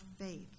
faith